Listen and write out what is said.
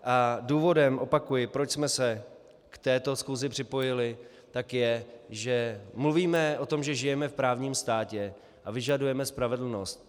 A důvodem, opakuji, proč jsme se k této schůzi připojili, je, že mluvíme o tom, že žijeme v právním státě a vyžadujeme spravedlnost.